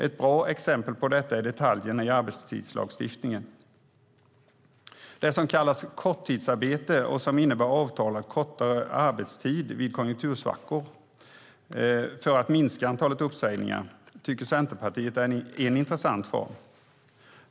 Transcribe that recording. Ett bra exempel på detta är detaljerna i arbetstidslagstiftningen. Det som kallas korttidsarbete och innebär avtalad kortare arbetstid vid konjunktursvackor för att minska antalet uppsägningar tycker Centerpartiet är en intressant form.